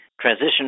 transition